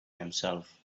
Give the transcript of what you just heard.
himself